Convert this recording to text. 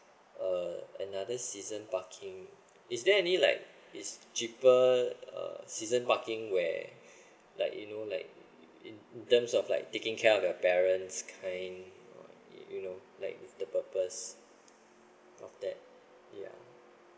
uh another season parking is there any like is cheaper uh season parking where like you know like in terms of like taking care of the parents kind you know like the purpose of that yeah